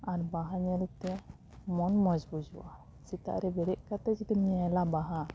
ᱟᱨ ᱵᱟᱦᱟ ᱧᱮᱞᱛᱮ ᱢᱚᱱ ᱢᱚᱡᱽ ᱵᱩᱡᱚᱜᱼᱟ ᱥᱮᱛᱟᱜ ᱨᱮ ᱵᱮᱨᱮᱫ ᱠᱟᱛᱮ ᱡᱩᱫᱤᱢ ᱧᱮᱞᱟ ᱵᱟᱦᱟ